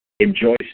Enjoy